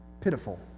pitiful